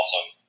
awesome